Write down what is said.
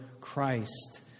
Christ